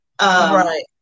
Right